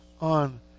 on